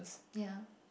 ya